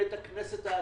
בית הכנסת העתיק,